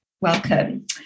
Welcome